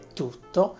tutto